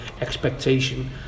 expectation